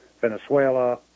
Venezuela